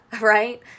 right